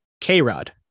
K-Rod